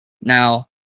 Now